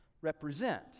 represent